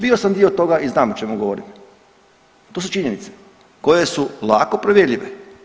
Bio sam dio toga i znam o čemu govorim, to su činjenice koje su lako provjerljive.